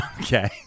Okay